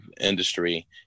industry